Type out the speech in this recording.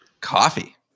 Coffee